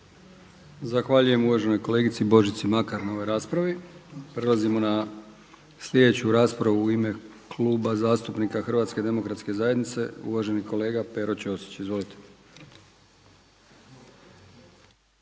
Zahvaljujem uvaženoj kolegici Božici Makar na ovoj raspravi. Prelazimo na sljedeću raspravu u ime Kluba zastupnika Hrvatske demokratske zajednice, uvaženi kolega Pero Ćosić. Izvolite.